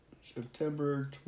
September